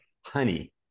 honey